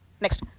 Next